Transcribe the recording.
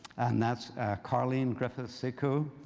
and that's karlene griffiths sekou.